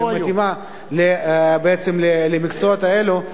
שמתאימה למקצועות האלה,